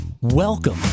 Welcome